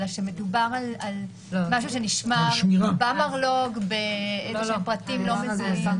אלא שמדובר על משהו שנשמר במרלו"ג עם איזשהם פרטים לא מזוהים.